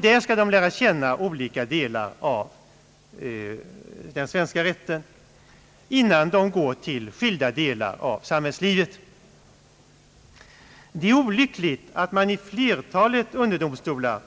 De skall lära känna olika delar av den svenska rätten innan de går att verka inom skilda delar av samhällslivet. Det är olyckligt att i flertalet underdomstolar